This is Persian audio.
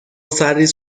سرریز